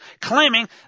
claiming